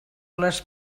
les